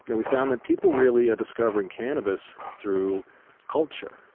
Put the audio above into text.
and we found that people really are discovering cannabis through culture,